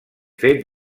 fet